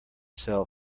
sell